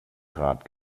grad